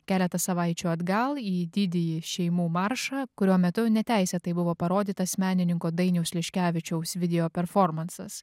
keletą savaičių atgal į didįjį šeimų maršą kurio metu neteisėtai buvo parodytas menininko dainiaus liškevičiaus video performansas